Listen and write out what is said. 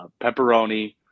pepperoni